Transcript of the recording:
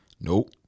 Nope